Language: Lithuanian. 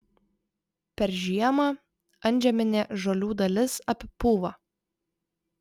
per žiemą antžeminė žolių dalis apipūva